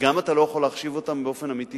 ואתה לא יכול להחשיב אותם באופן אמיתי